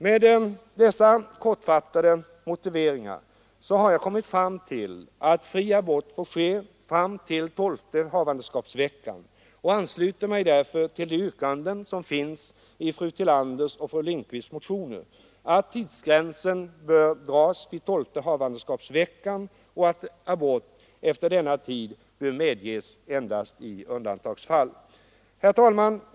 Med dessa kort redovisade motiveringar har jag kommit fram till att fri abort får ske fram till tolfte havandeskapsveckan och att abort efter denna tid bör medges endast i undantagsfall. Herr talman!